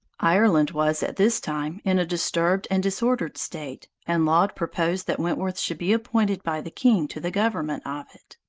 ireland was, at this time, in a disturbed and disordered state, and laud proposed that wentworth should be appointed by the king to the government of it.